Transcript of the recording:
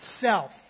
self